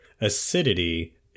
acidity